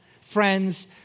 friends